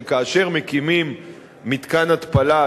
שכאשר מקימים מתקן התפלה,